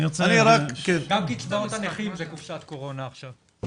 גם קצבאות הנכים זה קופסת קורונה עכשיו.